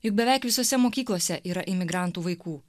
juk beveik visose mokyklose yra imigrantų vaikų